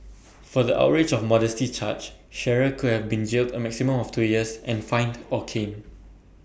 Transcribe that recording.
for the outrage of modesty charge Shearer could have been jailed A maximum of two years and fined or caned